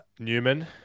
Newman